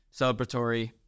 celebratory